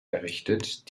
errichtet